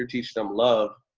teaching them love,